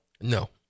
No